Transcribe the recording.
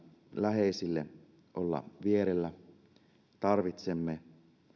läheisille annettavaa mahdollisuutta olla vierellä me tarvitsemme